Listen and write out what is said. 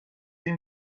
این